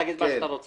תגיד מה שאתה רוצה.